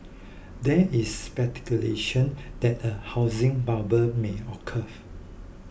there is that a housing bubble may occur